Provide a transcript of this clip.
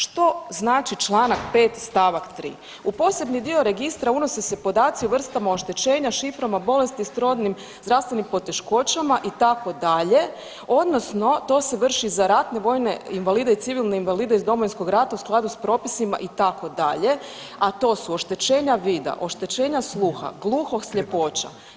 Što znači čl. 5. st. 3. „U posebni dio registra unose se podaci o vrstama oštećenja, šiframa bolesti, srodnim zdravstvenim poteškoćama“ itd. „odnosno to se vrši za ratne vojne invalide i civilne invalide iz Domovinskog rata u skladu s propisima“ itd., „a to su oštećenja vida, oštećenja sluha, gluhoslijepoća“